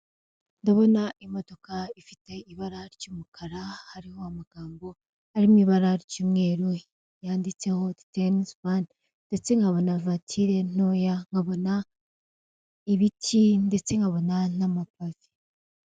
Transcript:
Ndabona imodoka ifite ibara ry'umukara hariho amagambo ari mu ibara ry'umweru yanditseho tenisi bani ndetse nkabona vantire ntoya nkabona ibiti ndetse nkabona n'amapave.